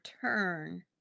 turn